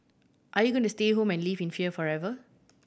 are you going to stay home and live in fear forever